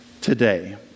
today